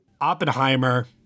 oppenheimer